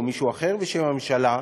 או מישהו אחר בשם הממשלה,